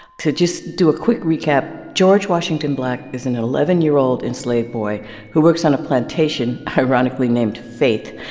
to just do a quick recap, george washington black is an eleven year old enslaved boy who works on a plantation ironically named faith.